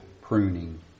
pruning